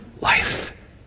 life